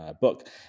book